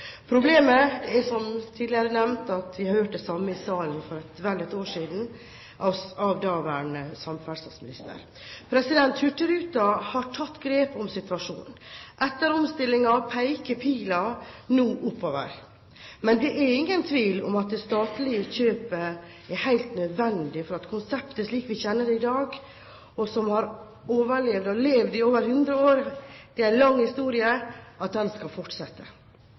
har hørt det samme i salen for vel ett år siden av daværende samferdselsminister. Hurtigruten har tatt grep om situasjonen. Etter omstillingen peker pilen nå oppover. Men det er ingen tvil om at det statlige kjøpet er helt nødvendig for at konseptet – slik vi kjenner det i dag, og som det har overlevd og levd i over 100 år, en lang historie – skal fortsette.